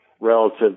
relative